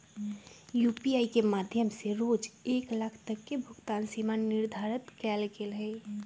UPI के माध्यम से रोज एक लाख तक के भुगतान सीमा निर्धारित कएल गेल हइ